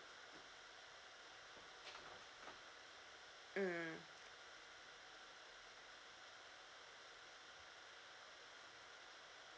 mm